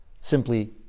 simply